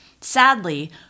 Sadly